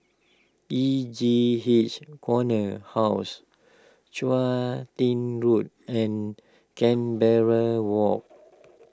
E J H Corner House Chun Tin Road and Canberra Walk